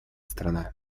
страна